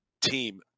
team